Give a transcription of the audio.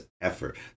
effort